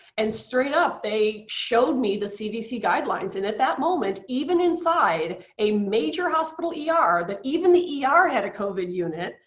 and straight up, they showed me the cdc guidelines and at that moment even inside a major hospital yeah ah er, even the yeah ah er had a covid unit,